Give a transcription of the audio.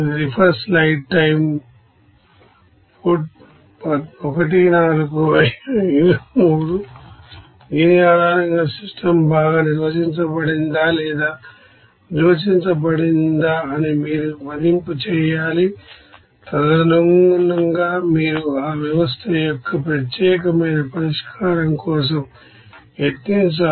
దీని ఆధారంగా సిస్టమ్ బాగా నిర్వచించబడిందా లేదా నిర్వచించబడిందా అని మీరు మదింపు చేయాలి తదనుగుణంగామీరు ఆ వ్యవస్థ యొక్క ప్రత్యేకమైన పరిష్కారం కోసం యత్నించాలి